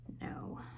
no